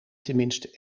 tenminste